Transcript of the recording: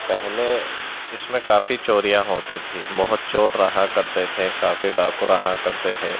پہلے اس میں کافی چوریاں ہوتی تھی بہت چور رہا کرتے تھے کافی ڈاکو رہا کرتے تھے